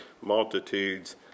multitudes